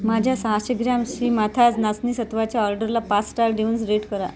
माझ्या सहाशे ग्राम श्रीमाथाज नाचणी सत्वाच्या ऑर्डरला पाच स्टार देऊनच रेट करा